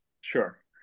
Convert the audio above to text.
Sure